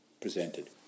presented